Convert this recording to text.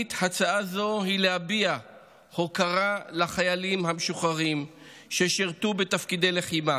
תכלית הצעה זו היא להביע הוקרה לחיילים המשוחררים ששירתו בתפקידי לחימה,